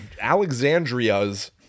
Alexandria's